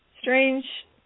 strange